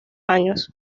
años